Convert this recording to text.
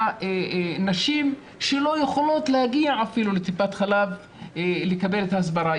נשים שלא יכולות להגיע אפילו לטיפת חלב לקבל את ההסברה.